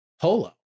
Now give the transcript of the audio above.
polo